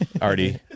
Artie